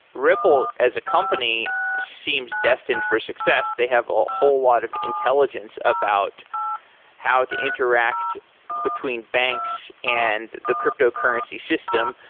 ripple as a company seems destined for success. they have a whole lot of intelligence about how to interact between banks and the cryptocurrency system,